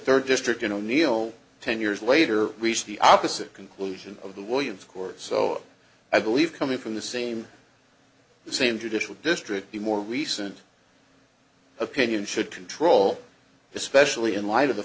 third district in o'neill ten years later reached the opposite conclusion of the williams court so i believe coming from the same the same judicial district the more recent opinion should control the specially in light of the